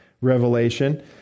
Revelation